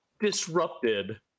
disrupted